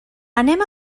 anem